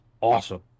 awesome